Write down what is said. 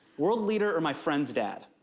world leader or my friend's dad?